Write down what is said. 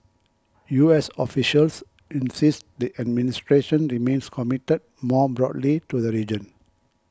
U S officials insist the administration remains committed more broadly to the region